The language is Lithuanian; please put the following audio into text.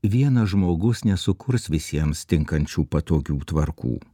vienas žmogus nesukurs visiems tinkančių patogių tvarkų